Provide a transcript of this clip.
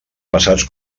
passats